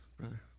brother